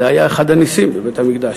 זה היה אחד הנסים בבית-המקדש.